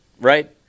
right